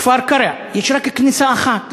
כפר-קרע, יש רק כניסה אחת לכפר-קרע,